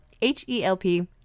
H-E-L-P